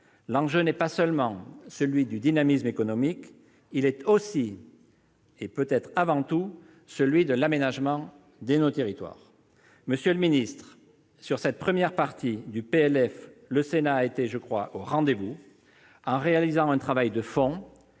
L'enjeu n'est pas seulement celui du dynamisme économique, il est aussi, et peut-être avant tout, celui de l'aménagement de nos territoires ! Monsieur le secrétaire d'État, sur cette première partie du projet de loi de finances, le Sénat a été, je le crois, au rendez-vous, en réalisant un travail de fond